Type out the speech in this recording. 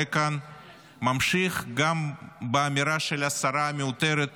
כאן ממשיך גם באמירה של השרה המיותרת